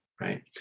right